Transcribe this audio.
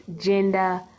gender